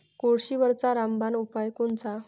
कोळशीवरचा रामबान उपाव कोनचा?